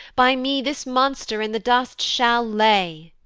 by me this monster in the dust shall lay.